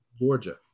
Georgia